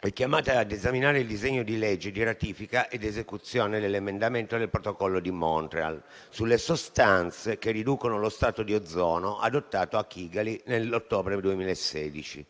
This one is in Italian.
è chiamata ad esaminare l'atto Senato 1220 di ratifica ed esecuzione dell'emendamento al Protocollo di Montreal sulle sostanze che riducono lo strato di ozono, adottato a Kigali il 15 ottobre 2016.